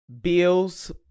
bills